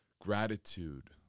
Gratitude